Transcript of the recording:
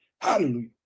Hallelujah